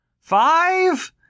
five